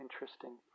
interesting